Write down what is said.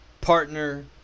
partner